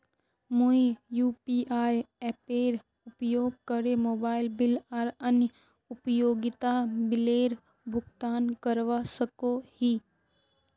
मुई यू.पी.आई एपेर उपयोग करे मोबाइल बिल आर अन्य उपयोगिता बिलेर भुगतान करवा सको ही